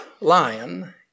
lion